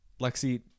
Lexi